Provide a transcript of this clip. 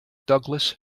douglas